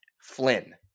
Flynn